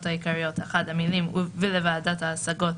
העיקריות המילים "ולוועדת ההשגות"